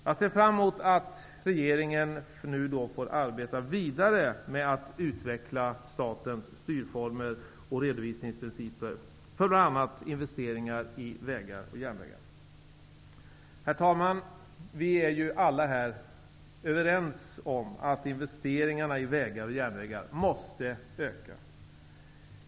Jag ser fram emot att regeringen nu får arbeta vidare med att utveckla statens styrformer och redovisningsprinciper för bl.a. investeringar i vägar och järnvägar. Herr talman! Vi är alla här överens om att investeringarna i vägar och järnvägar måste öka.